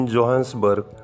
Johannesburg